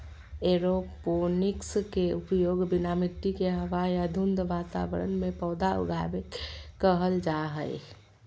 aeroponics के उपयोग बिना मिट्टी के हवा या धुंध वातावरण में पौधा उगाबे के कहल जा हइ